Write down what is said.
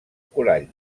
corall